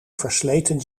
versleten